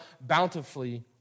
bountifully